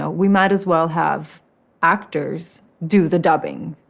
ah we might as well have actors do the dubbing.